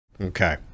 Okay